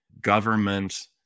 government